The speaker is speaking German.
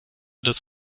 des